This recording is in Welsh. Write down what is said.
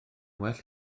well